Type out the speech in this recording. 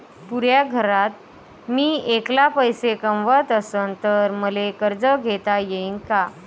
पुऱ्या घरात मी ऐकला पैसे कमवत असन तर मले कर्ज घेता येईन का?